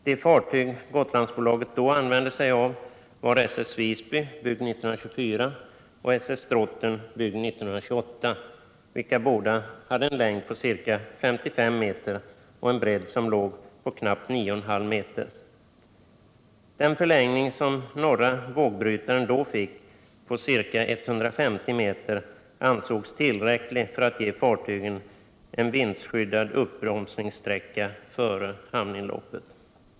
De fartyg Gotlandsbolaget då använde sig av var S S Drotten, byggd 1928, vilka båda hade en längd av ca 55 meter och en bredd som låg på knappt 9,5 meter. Den förlängning som norra vågbrytaren då fick på ca 150 meter ansågs tillräcklig för att ge fartygen en vindskyddad uppbromsningssträcka före hamninloppet.